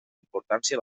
importància